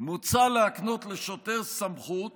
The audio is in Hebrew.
"מוצע להקנות לשוטר סמכות